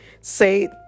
say